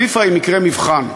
פיפ"א היא מקרה מבחן.